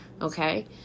okay